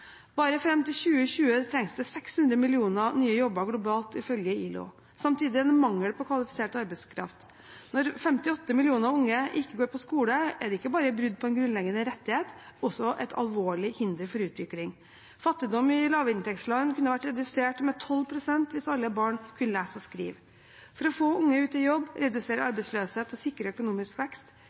Bare fram til 2020 trengs det 600 millioner nye jobber globalt, ifølge ILO. Samtidig er det mangel på kvalifisert arbeidskraft. Når 58 millioner unge ikke går på skole, er det ikke bare brudd på en grunnleggende rettighet, det er også et alvorlig hinder for utvikling. Fattigdom i lavinntektsland kunne vært redusert med 12 pst. hvis alle barn kunne lese og skrive. For å få unge ut i jobb, redusere arbeidsløshet og sikre økonomisk vekst